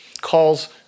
calls